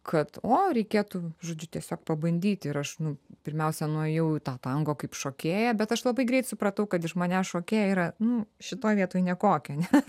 kad o reikėtų žodžiu tiesiog pabandyti ir aš nu pirmiausia nuėjau į tą tango kaip šokėja bet aš labai greit supratau kad iš manęs šokėja yra nu šitoj vietoj nekokia nes